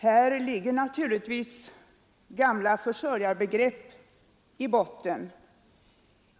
Här ligger naturligtvis gamla försörjarbegrepp i botten.